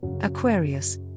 Aquarius